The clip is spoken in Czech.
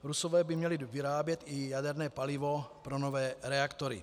Rusové by měli vyrábět i jaderné palivo pro nové reaktory.